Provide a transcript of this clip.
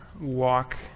walk